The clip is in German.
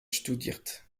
studiert